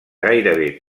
gairebé